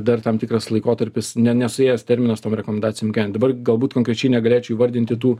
dar tam tikras laikotarpis ne nesuėjęs terminas tom rekomendacijom gen dabar galbūt konkrečiai negalėčiau įvardinti tų